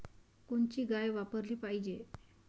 कोनची गाय वापराली पाहिजे?